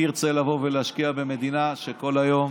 מי ירצה לבוא ולהשקיע במדינה שכל היום